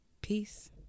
peace